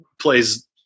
plays